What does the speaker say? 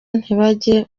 ntibajye